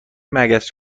مگس